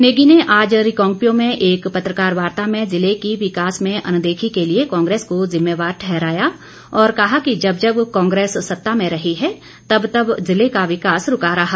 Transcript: नेगी ने आज रिगांकपिओ में एक पत्रकार वार्ता में जिले की विकास में अनदेखी के लिए कांग्रेस को जिम्मेवार ठहराया और कहा कि जब जब कांग्रेस सत्ता में रही है तब तब ज़िले का विकास रूका रहा